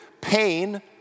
pain